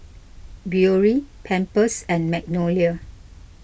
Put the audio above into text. Biore Pampers and Magnolia